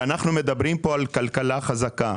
ואנחנו מדברים פה על כלכלה חזקה.